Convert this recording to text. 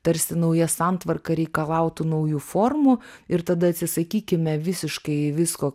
tarsi nauja santvarka reikalautų naujų formų ir tada atsisakykime visiškai visko